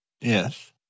Yes